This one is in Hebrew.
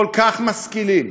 כל כך משכילים,